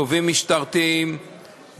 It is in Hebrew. תובעים משטרתיים,